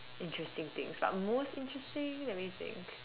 interesting things but most interesting let me think